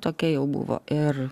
tokia jau buvo ir